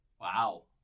Wow